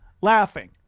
laughing